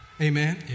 Amen